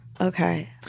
Okay